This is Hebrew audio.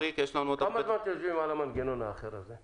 כמה זמן אתם יושבים על המנגנון האחר הזה?